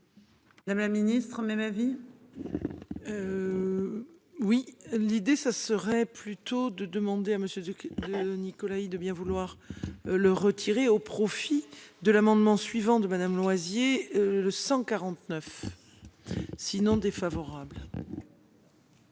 DFCI. La ministre même avis. Oui l'idée ça serait plutôt de demander à monsieur Duc de Nicolas il de bien vouloir le retirer au profit de l'amendement suivant de Madame Loisier le 149. Sinon défavorable.